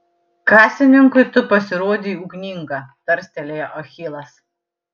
kasininkui tu pasirodei ugninga tarstelėjo achilas